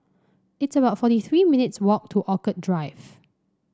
it's about forty three minutes walk to Orchid Drive